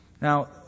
Now